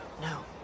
no